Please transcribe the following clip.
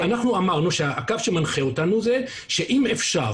אנחנו אמרנו שהקו שמנחה אותנו זה שאם אפשר